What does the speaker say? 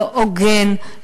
לא הוגן,